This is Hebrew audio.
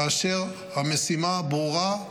כאשר המשימה ברורה,